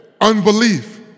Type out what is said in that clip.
unbelief